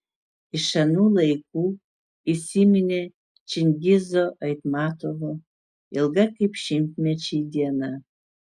iš anų laikų įsiminė čingizo aitmatovo ilga kaip šimtmečiai diena